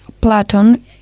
Platon